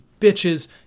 bitches